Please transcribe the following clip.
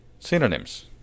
Synonyms